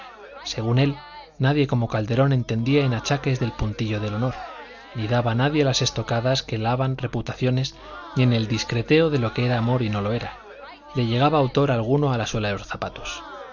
según él nadie como calderón entendía en achaques del puntillo de honor ni daba nadie las estocadas que lavan reputaciones tan a tiempo ni en el discreteo de lo que era amor y no lo era le llegaba autor alguno a la suela de los zapatos